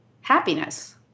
happiness